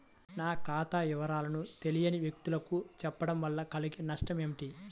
నా ఖాతా వివరాలను తెలియని వ్యక్తులకు చెప్పడం వల్ల కలిగే నష్టమేంటి?